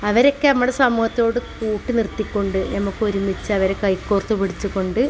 അവരെ ഒക്കെ നമ്മുടെ സമൂഹത്തോട് കൂട്ടി നിർത്തിക്കൊണ്ട് നമുക്ക് ഒരുമിച്ചവരെ കൈ കോർത്ത് പിടിച്ചുകൊണ്ട്